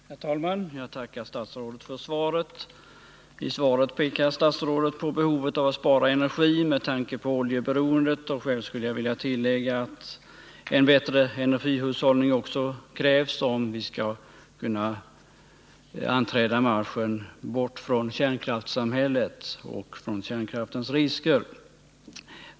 Herr talman! Jag tackar statsrådet för svaret. I svaret pekar statsrådet på behovet av att spara energi med tanke på oljeberoendet, och själv vill jag tillägga att en bättre energihushållning krävs om vi skall kunna anträda marschen bort från kärnkraftssamhället och från kärnkraftens risker.